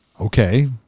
Okay